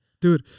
Dude